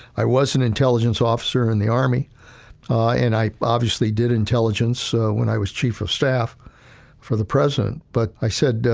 i was an intelligence officer in the army and i obviously did intelligence so when i was chief of staff for the president, but i said,